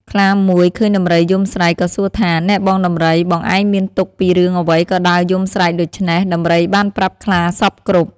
ខ្លាមួយឃើញដំរីយំស្រែក ក៏សួរថា៖ "នែបងដំរី បងឯងមានទុក្ខពីរឿងអ្វីក៏ដើរយំស្រែកដូច្នេះ?" ដំរីបានប្រាប់ខ្លាសព្វគ្រប់។